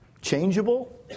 Changeable